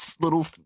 little